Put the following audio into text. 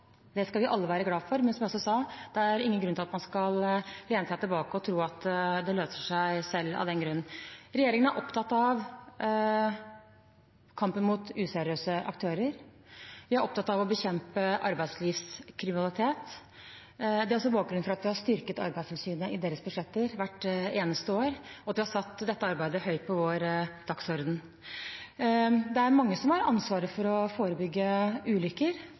Det skal vi alle være glad for, men som jeg også sa: Det er ingen grunn til at man skal lene seg tilbake og tro at det løser seg selv av den grunn. Regjeringen er opptatt av kampen mot useriøse aktører. Vi er opptatt av å bekjempe arbeidslivskriminalitet. Det er også bakgrunnen for at vi har styrket Arbeidstilsynets budsjetter hvert eneste år, og at vi har satt dette arbeidet høyt på vår dagsorden. Det er mange som har ansvar for å forebygge ulykker,